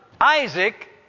Isaac